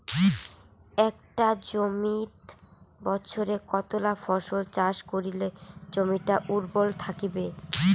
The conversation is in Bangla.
একটা জমিত বছরে কতলা ফসল চাষ করিলে জমিটা উর্বর থাকিবে?